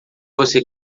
você